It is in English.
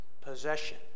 possession